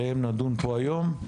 נדון עליהם פה היום.